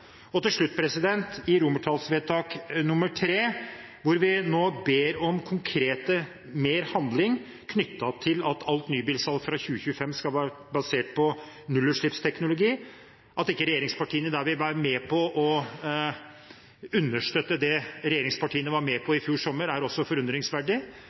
Til slutt: I vedtak III ber vi om konkret og mer handling knyttet til det at alt nybilsalg fra 2025 skal være basert på nullutslippsteknologi. At ikke regjeringspartiene der vil være med på å understøtte det som regjeringspartiene var med på